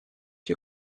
you